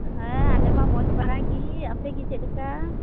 ᱦᱮᱸ ᱟᱞᱮᱢᱟ ᱢᱚᱡᱽ ᱵᱟᱲᱟᱜᱤ ᱟᱯᱮᱜᱤ ᱪᱮᱫ ᱞᱮᱠᱟ